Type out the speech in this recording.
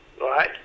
Right